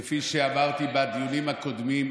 כפי שאמרתי בדיונים הקודמים,